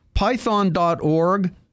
Python.org